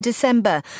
December